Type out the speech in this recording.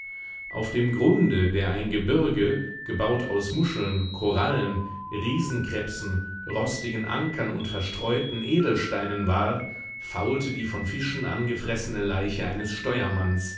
auf dem grunde der ein gebirge gebaut aus muscheln korallen riesenkrebsen rostigen ankern und verstreuten edelsteinen war faulte die von fischen angefressene leiche eines steuermanns